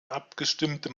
abgestimmte